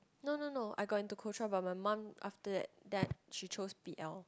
no no no I got into Kuo Chuan but my mum after that that she chose p_l